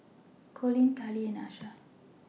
Colleen Kali and Asha